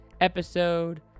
episode